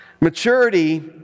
Maturity